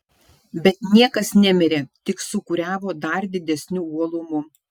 bet niekas nemirė tik sūkuriavo dar didesniu uolumu